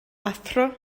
athro